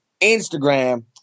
Instagram